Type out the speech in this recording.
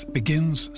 begins